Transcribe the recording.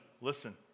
listen